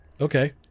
Okay